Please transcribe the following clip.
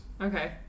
Okay